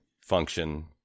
function